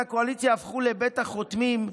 הוא לא מעוניין לנהל דו-שיח על חשבון הזמן שלו,